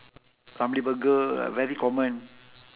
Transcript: ramly burger ah very common